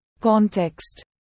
context